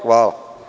Hvala.